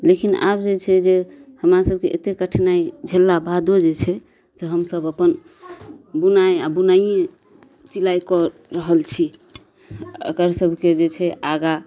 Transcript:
लेकिन आब जे छै जे हमरा सबके एतेक कठिनाइ झेलला बादो जे छै से हमसब अपन बुनाइ आ बुनाइये सिलाइ कऽ रहल छी एकर सबके जे छै आगाँ